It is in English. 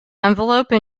envelope